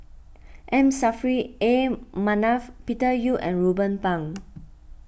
M Saffri A Manaf Peter Yu and Ruben Pang